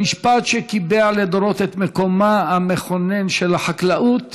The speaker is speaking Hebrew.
במשפט שקיבע לדורות את מקומה המכונן של החקלאות